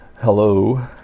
hello